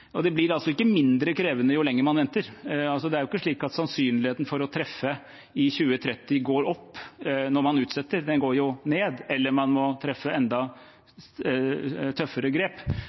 og de blir altså ikke mindre krevende jo lenger man venter. Det er ikke slik at sannsynligheten for å treffe i 2030 går opp når man utsetter – den går jo ned, eller man må ta enda tøffere grep.